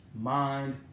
mind